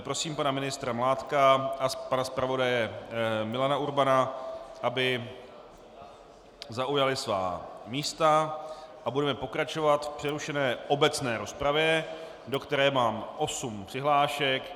Prosím pana ministr Mládka a pana zpravodaje Milana Urbana, aby zaujali svá místa, a budeme pokračovat v přerušené obecné rozpravě, do které mám osm přihlášek.